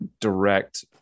direct